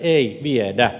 ei viedä